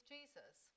Jesus